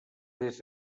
des